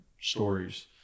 stories